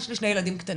יש לי שני ילדים קטנים,